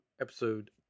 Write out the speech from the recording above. episode